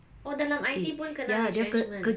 oh dalam I_T pun kena retrenchment